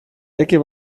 jakie